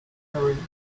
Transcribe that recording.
preliminary